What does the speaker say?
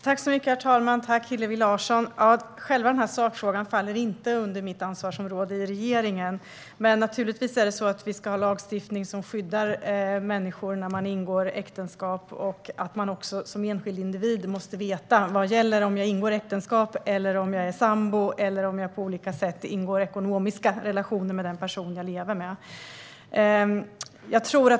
Herr talman! Själva sakfrågan faller inte under mitt ansvarsområde i regeringen. Men naturligtvis ska det finnas lagstiftning som skyddar människor när de ingår äktenskap. Som enskild individ ska man veta vad som gäller om man ingår äktenskap, är sambo eller på olika sätt ingår ekonomiska relationer med den person man lever med.